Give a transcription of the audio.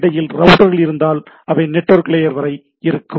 இடையில் ரவுட்டர்கள் இருந்தால் அவை நெட்வொர்க் லேயர் வரை இருக்கும்